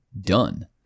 done